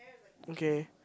okay